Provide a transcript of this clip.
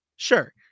Sure